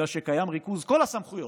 אלא שקיים ריכוז כל הסמכויות,